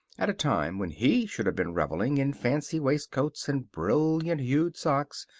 at a time when he should have been reveling in fancy waistcoats and brilliant-hued socks,